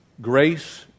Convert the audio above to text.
Grace